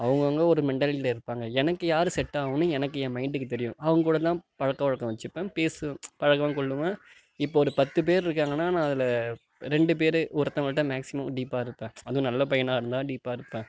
அவுங்கவங்க ஒரு மெண்டாலிட்டியில் இருப்பாங்க எனக்கு யார் செட்டாகும்னு எனக்கு என் மைண்டுக்கு தெரியும் அவங்ககூடதான் பழக்க வழக்கம் வச்சுப்பேன் பேசுவேன் பழகுவேன் கொள்ளுவேன் இப்போ ஒரு பத்து பேர் இருக்காங்கனால் நான் அதில் ரெண்டு பேர் ஒருத்தங்கள்கிட்ட மேக்ஸிமம் டீப்பாக இருப்பேன் அதுவும் நல்ல பையனாக இருந்தால் டீப்பாக இருப்பேன்